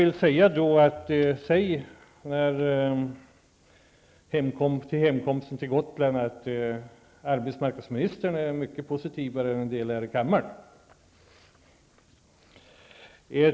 Ulla Pettersson kan därför vid hemkomsten till Gotland säga att arbetsmarknadsministern är mycket mer positiv än en del andra här i kammaren.